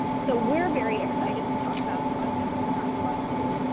so we're very excited to talk about a project that got funded.